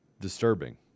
disturbing